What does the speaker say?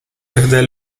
когда